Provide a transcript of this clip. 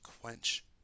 quench